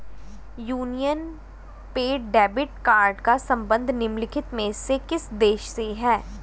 Union पे debit card का संबंध निम्नलिखित में से किस देश से है?